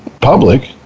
public